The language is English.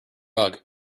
rug